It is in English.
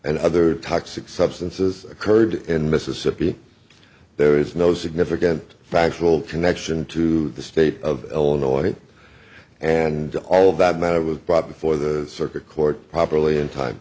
and other toxic substances occurred in mississippi there is no significant factual connection to the state of illinois and all that matter was bought before the circuit court properly in time